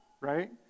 right